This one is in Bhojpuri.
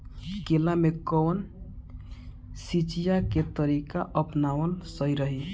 केला में कवन सिचीया के तरिका अपनावल सही रही?